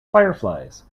fireflies